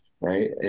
right